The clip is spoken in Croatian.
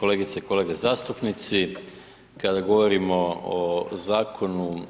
Kolegice i kolege zastupnici kada govorimo o Zakonu